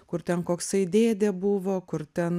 kur ten koksai dėdė buvo kur ten